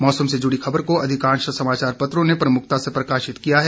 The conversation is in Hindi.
मौसम से जुड़ी खबर को भी अधिकांश समाचार पत्रों ने प्रमुखता से प्रकाशित किया है